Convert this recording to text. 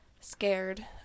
scared